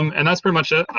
um and that's pretty much it.